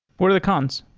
what are the cons?